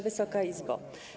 Wysoka Izbo!